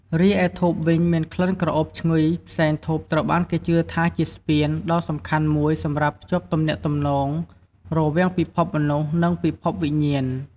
រីឯ ធូប វិញ មានក្លិនក្រអូបឈ្ងុយផ្សែងធូបត្រូវបានគេជឿថាជា ស្ពាន ដ៏សំខាន់មួយសម្រាប់ភ្ជាប់ទំនាក់ទំនងរវាងពិភពមនុស្ស និងពិភពវិញ្ញាណ។